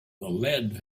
lead